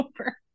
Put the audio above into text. over